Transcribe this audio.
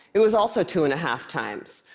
it was also two and a half times.